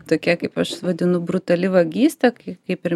tokia kaip aš vadinu brutali vagystė kai kaip ir